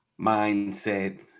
mindset